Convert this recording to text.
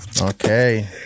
Okay